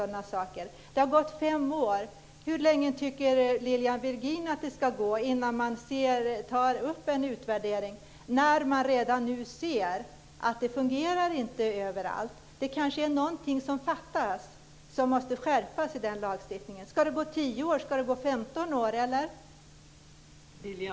Det har gått fem år. Hur lång tid tycker Lilian Virgin att det ska gå innan man gör en utvärdering? Man ser redan nu att det inte fungerar överallt. Det är kanske någonting som fattas och behöver skärpas i lagstiftningen. Ska det gå 10